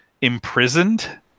imprisoned